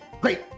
Great